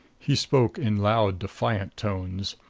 he spoke in loud defiant tones.